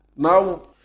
Now